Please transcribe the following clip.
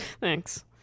thanks